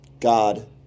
God